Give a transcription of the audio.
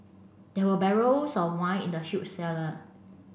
there were barrels of wine in the huge cellar